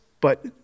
but-